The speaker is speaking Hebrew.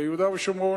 ביהודה ושומרון,